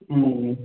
ம் ம்